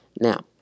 Now